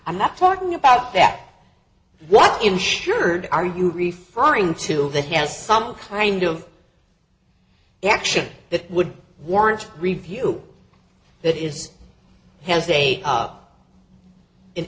i'm not talking about that what insured are you referring to that has some kind of action that would warrant review that is has